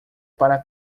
para